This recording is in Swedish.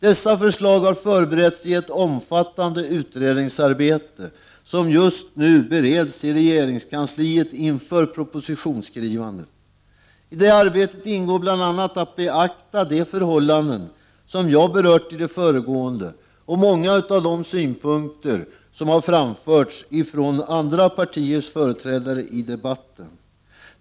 Dessa förslag har förberetts i ett omfattande utredningsarbete, som just nu bereds i regeringskansliet inför propositionsskrivandet. I detta arbete ingår bl.a. att beakta de förhållanden som jag berört i det föregående och många av de synpunkter som andra partiers företrädare framfört i debatten.